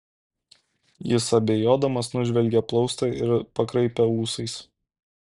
jis abejodamas nužvelgė plaustą ir pakraipė ūsais